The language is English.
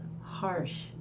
harsh